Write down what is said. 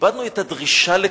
איבדנו את הדרישה לכבוד.